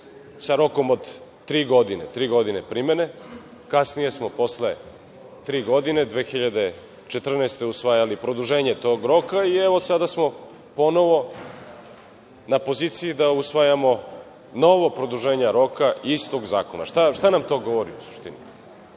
tri godine, tri godine primene, kasnije smo posle tri godine, 2014. godine usvajali produženje tog roka, i evo sada smo ponovo na poziciji da usvajamo novo produženje roka istog zakona. Šta nam to govori u suštini?